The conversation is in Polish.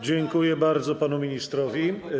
Dziękuję bardzo panu ministrowi.